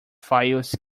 files